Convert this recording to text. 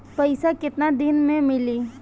पैसा केतना दिन में मिली?